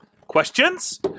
Questions